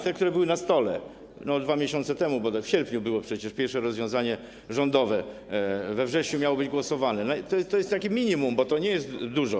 Te, które były na stole 2 miesiące temu - bo w sierpniu było przecież pierwsze rozwiązanie rządowe, we wrześniu miało być głosowane - to jest takie minimum, to nie jest dużo.